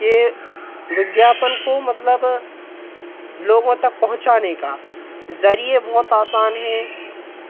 के विज्ञापन को मतलब लोगों तक पहुँचाने का ज़रिए बहुत आसान हैं